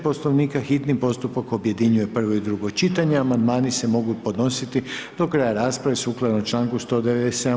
Poslovnika hitni postupak objedinjuje prvo i drugo čitanje a amandmani se mogu podnositi do kraja rasprave sukladno članku 197.